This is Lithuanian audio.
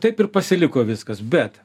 taip ir pasiliko viskas bet